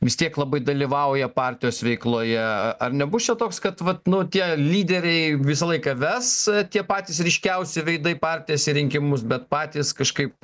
vis tiek labai dalyvauja partijos veikloje ar nebus čia toks kad vat nu tie lyderiai visą laiką ves tie patys ryškiausi veidai partijas į rinkimus bet patys kažkaip